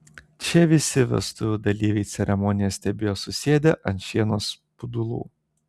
čia visi vestuvių dalyviai ceremoniją stebėjo susėdę ant šieno spudulų